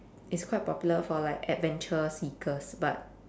it's quite popular for like adventure seekers but